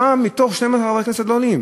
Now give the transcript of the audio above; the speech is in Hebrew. בציבור הדתי, עשרה מ-12 חברי הכנסת לא עולים.